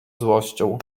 złością